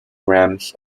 rams